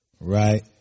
Right